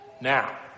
Now